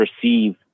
perceive